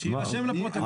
שיירשם לפרוטוקול.